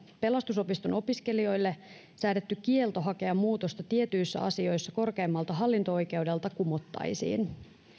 pelastusopiston opiskelijoille säädetty kielto hakea muutosta tietyissä asioissa korkeimmalta hallinto oikeudelta kumottaisiin